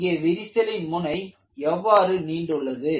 இங்கே விரிசலின் முனை எவ்வாறு நீண்டுள்ளது